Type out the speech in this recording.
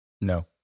No